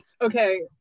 okay